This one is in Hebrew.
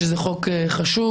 שזה חוק חשוב,